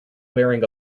wearing